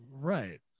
Right